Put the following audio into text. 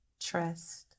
Trust